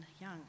Young